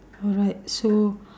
alright so